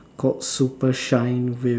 called super shine with